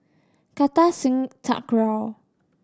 Kartar Singh Thakral